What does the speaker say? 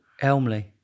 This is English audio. Elmley